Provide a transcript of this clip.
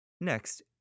Next